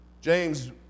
James